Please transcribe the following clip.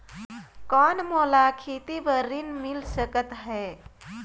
कौन मोला खेती बर ऋण मिल सकत है?